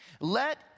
Let